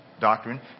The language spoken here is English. doctrine